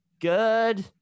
good